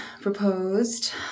proposed